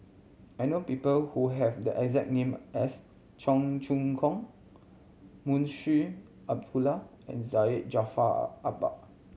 I know people who have the exact name as Cheong Choong Kong Munshi Abdullah and Syed Jaafar Albar